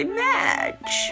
match